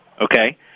Okay